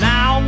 Now